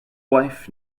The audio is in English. wife